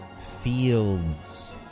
fields